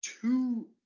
two